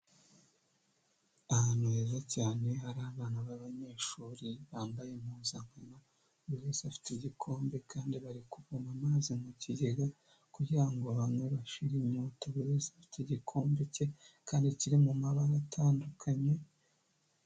Ahantu heza cyane hari abana b'abanyeshuri bambaye impuzankano, buri wese afite igikombe kandi bari kuvoma amazi mu kigega kugira ngo banywe bashire inyota, buri wese afite igikombe cye kandi kiri mu mabara atandukanye.